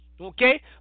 okay